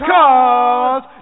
Cause